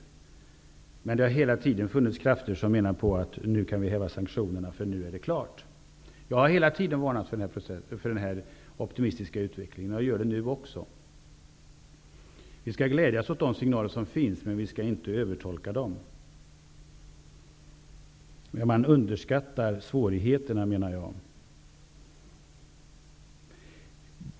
Men det har hela tiden funnits krafter som menat att vi kan häva sanktionerna, eftersom processen är klar. Jag har hela tiden varnat för denna optimistiska inställning, och jag gör det också nu. Vi skall glädja oss åt de signaler som finns, men inte övertolka dem. Jag menar att man underskattar svårigheterna.